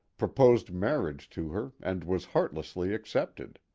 proposed marriage to her and was heartlessly accepted.